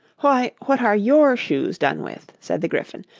why, what are your shoes done with said the gryphon.